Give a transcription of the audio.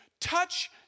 touch